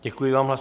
Děkuji vám.